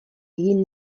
egin